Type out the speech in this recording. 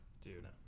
Dude